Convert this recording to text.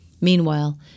Meanwhile